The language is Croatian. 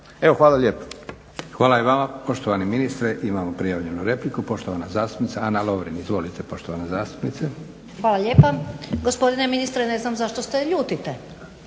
Josip (SDP)** Hvala i vama poštovani ministre. Imamo prijavljenu repliku, poštovana zastupnica Ana Lovrin. Izvolite poštovana zastupnice. **Lovrin, Ana (HDZ)** Gospodine ministre ne znam zašto se ljutite?